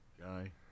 guy